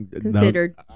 considered